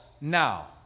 now